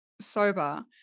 sober